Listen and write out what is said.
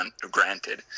granted